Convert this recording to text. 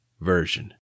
Version